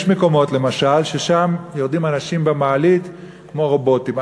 יש למשל מקומות ששם יורדים אנשים במעלית כמו רובוטים,